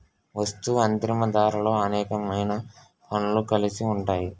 వస్తూ అంతిమ ధరలో అనేకమైన పన్నులు కలిసి ఉంటాయి